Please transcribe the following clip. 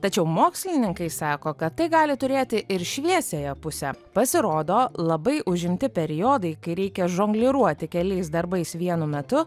tačiau mokslininkai sako kad tai gali turėti ir šviesiąją pusę pasirodo labai užimti periodai kai reikia žongliruoti keliais darbais vienu metu